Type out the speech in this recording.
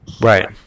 Right